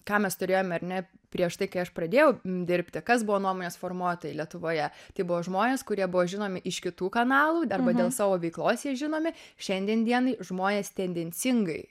ką mes turėjome ar ne prieš tai kai aš pradėjau dirbti kas buvo nuomonės formuotojai lietuvoje tai buvo žmonės kurie buvo žinomi iš kitų kanalų arba dėl savo veiklos jie žinomi šiandien dienai žmonės tendencingai